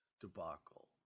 debacle